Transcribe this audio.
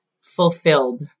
Fulfilled